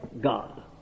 God